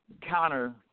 Counter